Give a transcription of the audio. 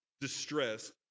distressed